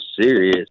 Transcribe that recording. serious